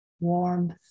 warmth